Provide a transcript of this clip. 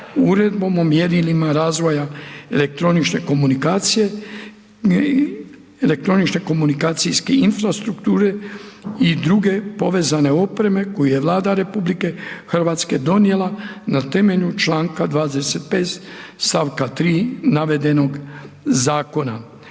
Uredbom o mjerilima razvoja elektroničke komunikacijske infrastrukture i druge povezane opreme koju je Vlada RH donijela na temelju čl. 25. st. 3. navedenog zakona.